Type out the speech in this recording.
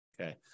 Okay